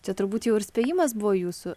čia turbūt jau ir spėjimas buvo jūsų